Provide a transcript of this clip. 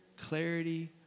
clarity